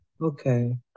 okay